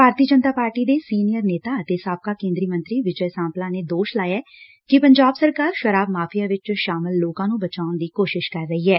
ਭਾਰਤੀ Janata party ਦੇ senior ਨੇਤਾ ਅਤੇ ਸਾਬਕਾ ਕੇਂਦਰੀ ਮੰਤਰੀ ਵਿਜੇ ਸਾਂਪਲਾ ਨੇ ਦੋਸ਼ ਲਾਇਐ ਕਿ ਪੰਜਾਬ ਸਰਕਾਰ ਸ਼ਰਾਬ ਮਾਫ਼ੀਆ ਵਿਚ ਸ਼ਾਮਲ ਲੋਕਾਂ ਨੂੰ ਬਚਾਉਣ ਦੀ ਕੋਸ਼ਿਸ਼ ਕਰ ਰਹੀ ਏ